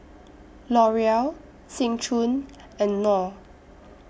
Loreal Seng Choon and Knorr